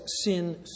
sin